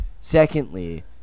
secondly